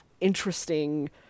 interesting